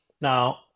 Now